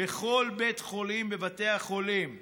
בכל בית חולים מבתי החולים זיו,